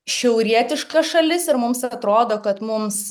šiaurietiška šalis ir mums atrodo kad mums